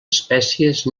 espècies